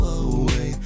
away